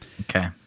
okay